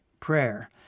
prayer